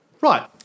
Right